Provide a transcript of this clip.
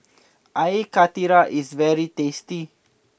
Air Karthira is very tasty